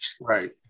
Right